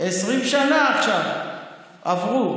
20 שנה עכשיו עברו.